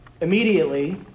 Immediately